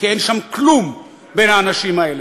כי אין שם כלום בין האנשים האלה,